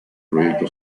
proyecto